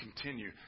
continue